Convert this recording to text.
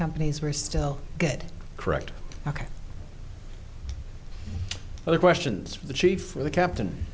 companies we're still good correct ok other questions for the chief for the captain